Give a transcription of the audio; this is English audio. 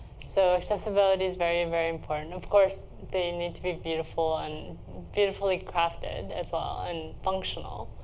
so accessibility is very, very important. of course, they need to be beautiful, and beautifully crafted, as well, and functional.